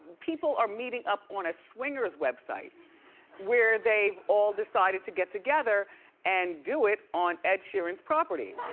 people are meeting up on a swinger's website where they've all decided to get together and do it on ed sheeran's property.